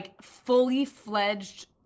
fully-fledged